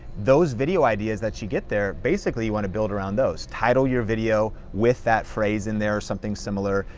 those video ideas that you get there, basically you wanna build around those. title your video with that phrase in there, something similar.